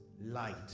light